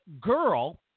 girl